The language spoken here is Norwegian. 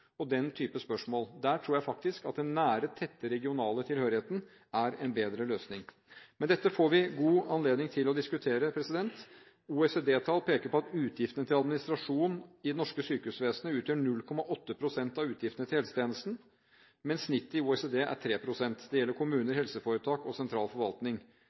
og den type spørsmål. Jeg tror faktisk at den tette regionale tilhørigheten er en bedre løsning, men dette får vi god anledning til å diskutere. OECD-tall peker på at utgiftene til administrasjon i det norske sykehusvesenet utgjør 0,8 pst. av utgiftene til helsetjenesten, mens snittet i OECD er 3 pst. Det gjelder kommuner, helseforetak og sentral forvaltning.